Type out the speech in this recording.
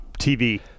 tv